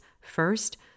First